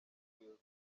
buyobozi